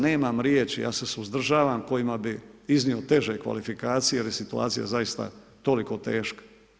Nemam riječi, ja se suzdržavam kojima bi iznio teže kvalifikacije jer je situacija zaista toliko teška.